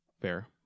fair